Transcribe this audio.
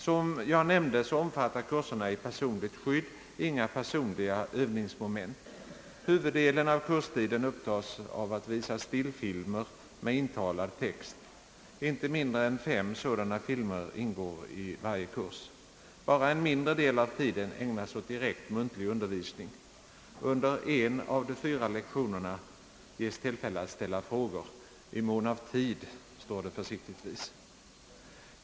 Som jag nämnde omfattar kurserna i personligt skydd inga personliga övningsmoment. Huvuddelen av kurstiden upptas av att visa stillfilmer med intalad text. Inte mindre än fem sådana filmer ingår i varje kurs. Bara en mindre del av tiden ägnas åt direkt muntlig undervisning. Under en av de fyra lektionerna ges tillfälle att ställa frågor — i mån av tid, står det försiktigtvis i programmet.